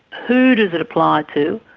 who does it apply to,